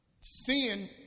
sin